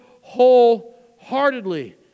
wholeheartedly